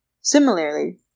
Similarly